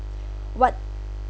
what